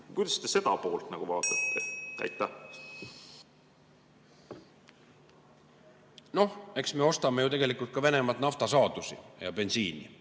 Kuidas te seda poolt vaatate? Noh, eks me ostame ju tegelikult ka Venemaalt naftasaadusi ja bensiini.